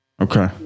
Okay